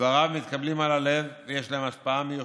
דבריו מתקבלים על הלב ויש להם השפעה מיוחדת.